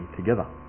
together